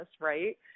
right